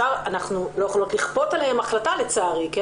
אנחנו לא יכולים לצערי לכפות עליהם החלטה אבל לא